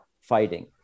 fighting